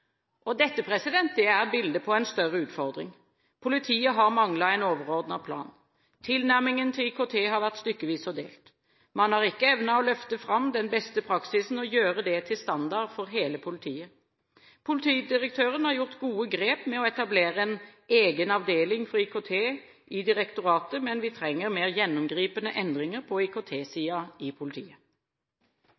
personalsystem. Dette er bildet på en større utfordring: Politiet har manglet en overordnet plan; tilnærmingen til IKT har vært stykkevis og delt. Man har ikke evnet å løfte fram den beste praksisen og gjøre det til standard for hele politiet. Politidirektøren har gjort gode grep med å etablere en egen avdeling for IKT i direktoratet. Men vi trenger mer gjennomgripende endringer på